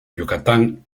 yucatán